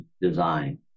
design